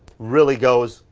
really goes,